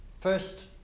First